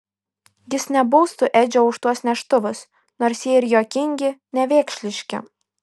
jis nebaustų edžio už tuos neštuvus nors jie ir juokingi nevėkšliški